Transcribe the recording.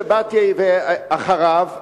שבאתי אחריו,